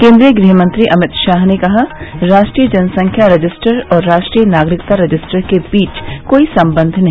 केन्द्रीय गृहमंत्री अमित शाह ने कहा राष्ट्रीय जनसंख्या रजिस्टर और राष्ट्रीय नागरिकता रजिस्टर के बीच कोई संबंध नहीं